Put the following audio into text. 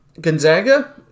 Gonzaga